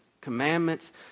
commandments